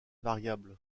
variable